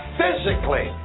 physically